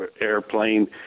airplane